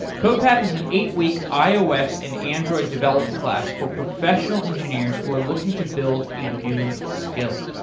codepath is an eight week ios and android development class for professional engineers who are looking to build a new skill.